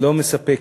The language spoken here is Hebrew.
לא מספקת,